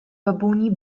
babuni